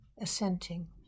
assenting